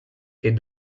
est